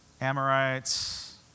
Amorites